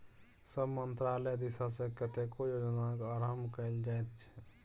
सभ मन्त्रालय दिससँ कतेको योजनाक आरम्भ कएल जाइत छै